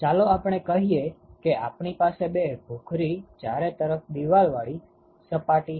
ચાલો આપણે કહીએ કે આપણી પાસે બે ભૂખરી ચારે તરફ દીવાલવાળી સપાટી છે